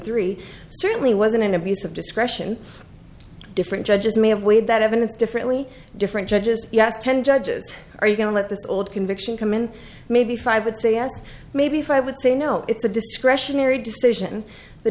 three certainly wasn't an abuse of discretion different judges may have weighed that evidence differently different judges you have ten judges are you going to let this old conviction come in maybe five would say yes maybe five would say no it's a discretionary decision the